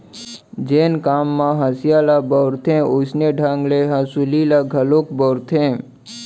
जेन काम म हँसिया ल बउरथे वोइसने ढंग ले हँसुली ल घलोक बउरथें